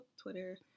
Twitter